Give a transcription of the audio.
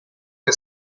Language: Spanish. que